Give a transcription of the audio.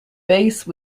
base